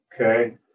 Okay